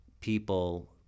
people